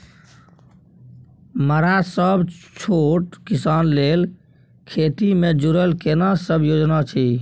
मरा सब छोट किसान लेल खेती से जुरल केना सब योजना अछि?